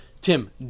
Tim